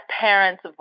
parent's